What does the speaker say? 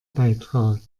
beitragen